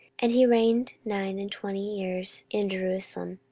and he reigned nine and twenty years in jerusalem.